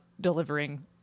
delivering